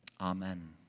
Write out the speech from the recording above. Amen